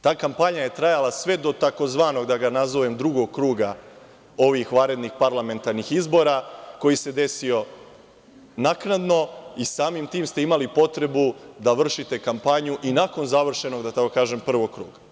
Ta kampanja je trajala sve do tzv. drugog kruga ovih vanrednih parlamentarnih izbora koji se desio naknadno i samim tim ste imali potrebu da vršite kampanju i nakon završenog da tako kažem prvog kruga.